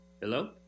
Hello